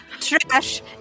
trash